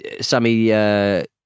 Sammy